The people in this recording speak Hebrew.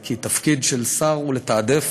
כי תפקיד של שר הוא לתעדף,